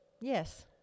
Yes